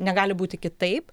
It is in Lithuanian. negali būti kitaip